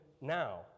now